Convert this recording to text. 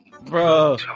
Bro